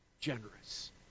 generous